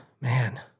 man